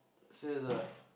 serious ah